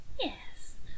Yes